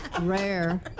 rare